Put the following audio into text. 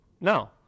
No